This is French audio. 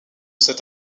cet